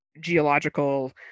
geological